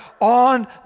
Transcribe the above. on